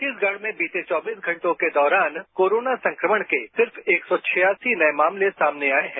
छत्तीसगढ़ में बीते चौबीस घंटों में कोरोना संक्रमण के सिर्फ एक सौ छियासी नए मामले सामने आए हैं